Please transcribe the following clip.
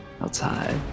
Outside